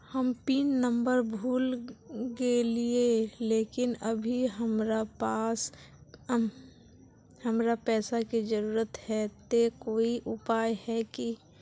हम pin number भूल गेलिये लेकिन अभी हमरा पैसा के जरुरत है ते कोई उपाय है की?